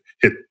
hit